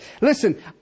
Listen